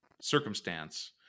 circumstance